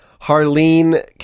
Harleen